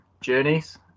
journeys